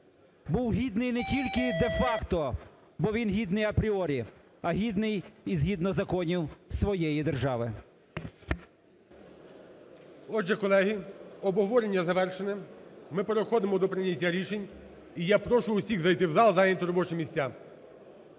був гідний не тільки де-факто, бо він гідний апріорі, а гідний і згідно законів своєї держави. ГОЛОВУЮЧИЙ. Отже, колеги, обговорення завершене, ми переходимо до прийняття рішень, і я прошу усіх зайти в зал і зайняти робочі місця.